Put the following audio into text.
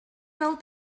fel